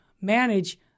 manage